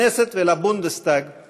לכנסת ולבונדסטאג יש